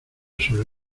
sus